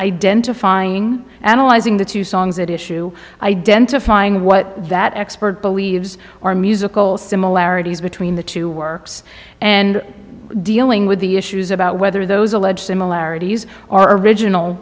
identifying analyzing the two songs that issue identifying what that expert believes or musical similarities between the two works and dealing with the issues about whether those alleged similarities are original